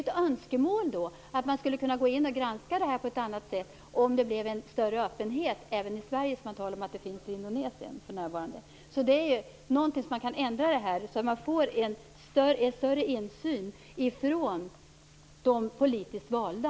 Ett önskemål är alltså att man skulle kunna gå in och granska det här på ett annat sätt om det blev en större öppenhet i Sverige - liksom man säger att det finns i Indonesien för närvarande. Det är alltså någonting som man kan ändra, så att man kan få en större insyn från de politiskt valda.